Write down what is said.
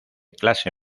clase